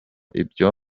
ibyo